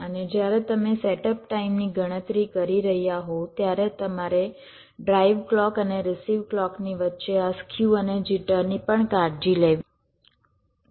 અને જ્યારે તમે સેટઅપ ટાઇમની ગણતરી કરી રહ્યા હો ત્યારે તમારે ડ્રાઇવ ક્લૉક અને રીસિવ ક્લૉકની વચ્ચે આ સ્ક્યુ અને જિટરની પણ કાળજી લેવી જોઈએ